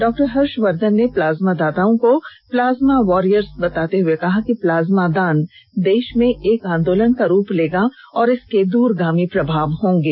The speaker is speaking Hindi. डॉ हर्षवर्धन ने प्लाज्मा दाताओं को प्लाज्मा वारियर्स बताते हुए कहा कि प्लाज्मा दान देश में एक आंदोलन का रूप लेगा और इसके दूरगामी प्रभाव होंगे